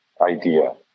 idea